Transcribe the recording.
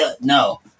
no